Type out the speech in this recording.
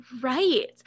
Right